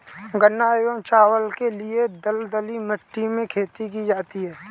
गन्ना एवं चावल के लिए दलदली मिट्टी में खेती की जाती है